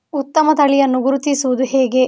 ಉತ್ತಮ ತಳಿಯನ್ನು ಗುರುತಿಸುವುದು ಹೇಗೆ?